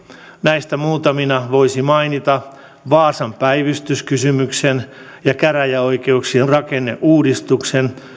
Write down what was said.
näistä muutamina voisi mainita vaasan päivystyskysymyksen ja käräjäoikeuksien rakenneuudistuksen